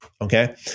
okay